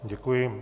Děkuji.